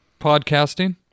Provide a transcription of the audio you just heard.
Podcasting